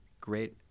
great